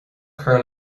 cur